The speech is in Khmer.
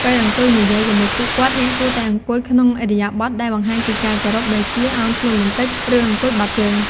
ពេលអង្គុយនិយាយជាមួយពួកគាត់ អ្នកគួរតែអង្គុយក្នុងឥរិយាបថដែលបង្ហាញពីការគោរព ដូចជាឱនខ្លួនបន្តិច ឬអង្គុយបត់ជើង។